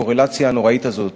הקורלציה הנוראית הזאת